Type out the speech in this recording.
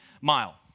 mile